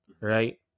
right